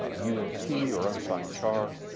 uint t or unsigned char,